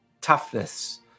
toughness